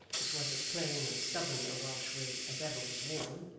which was as plain and stubborn a welsh wig as ever was worn,